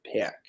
pick